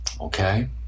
Okay